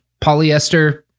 polyester